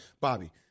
Bobby